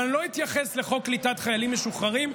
אבל אני לא אתייחס לחוק קליטת חיילים משוחררים.